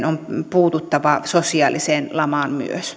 on myös puututtava sosiaaliseen lamaan